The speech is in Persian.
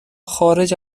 خارج